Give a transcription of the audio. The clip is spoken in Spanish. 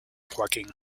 joaquín